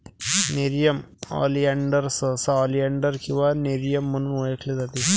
nerium oleander सहसा oleander किंवा nerium म्हणून ओळखले जाते